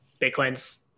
Bitcoin's